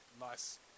nice